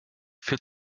führt